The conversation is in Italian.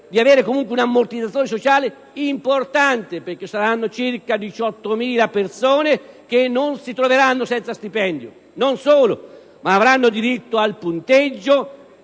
di avere comunque un ammortizzatore sociale importante, poiché circa 18.000 persone non si troveranno senza stipendio. Non solo, costoro avranno diritto al punteggio